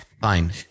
Fine